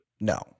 No